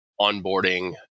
onboarding